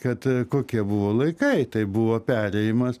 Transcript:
kad kokie buvo laikai tai buvo perėjimas